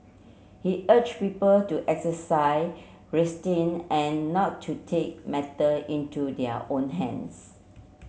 he urge people to exercise and not to take matter into their own hands